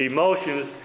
Emotions